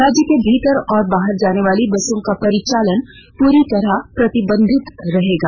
राज्य के भीतर और बाहर जाने वाली बसों का परिचालन पूरी तरह प्रतिबंधित रहेगा